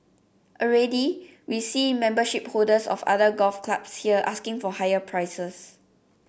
already we see membership holders of other golf clubs here asking for higher prices